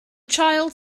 child